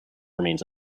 remains